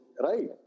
right